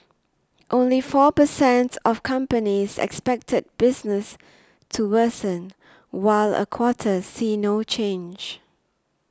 only four per cent of companies expected business to worsen while a quarter see no change